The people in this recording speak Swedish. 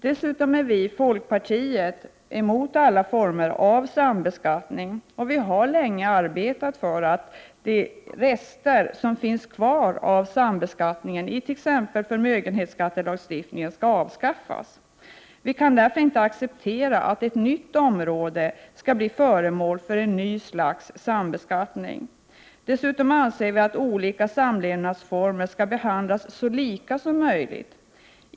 Dessutom är vi i folkpartiet mot alla former av sambeskattning och har länge arbetat för att de rester som finns kvar av sambeskattningen i t.ex. förmögenhetsskattelagstiftningen skall avskaffas. Vi kan därför inte acceptera att ett nytt område skall bli föremål för ett nytt slags sambeskattning. Dessutom anser vi att olika samlevnadsformer skall behandlas så lika som möjligt.